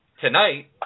tonight